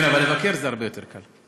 כן, אבל לבקר זה הרבה יותר קל.